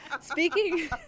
Speaking